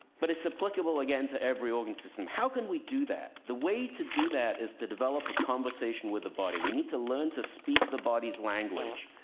but it's applicable, again, to every organ system. how can we do that? the way to do that is to develop a conversation with the body. we need to learn to speak the body's language.